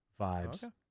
vibes